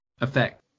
effect